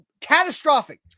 catastrophic